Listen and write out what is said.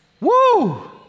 Woo